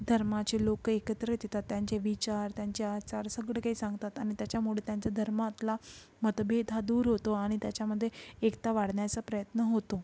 धर्माचे लोकं एकत्रित येतात त्यांचे विचार त्यांचे आचार सगळं काही सांगतात आणि त्याच्यामुळे त्यांच्या धर्मातला मतभेद हा दूर होतो आणि त्याच्यामध्ये एकता वाढण्याचा प्रयत्न होतो